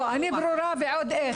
אני ברורה ועוד איך.